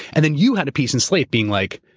and then you had a piece in slate being like,